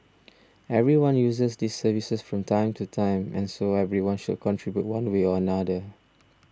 everyone uses these services from time to time and so everyone should contribute one way or another